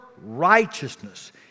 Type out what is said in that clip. righteousness